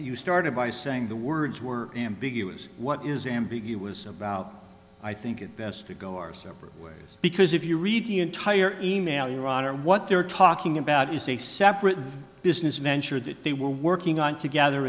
you started by saying the words were ambiguous what is ambiguous about i think it best to go our separate ways because if you read the entire e mail your honor what they're talking about is a separate business venture that they were working on together